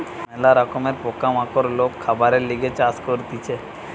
ম্যালা রকমের পোকা মাকড় লোক খাবারের লিগে চাষ করতিছে